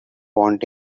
want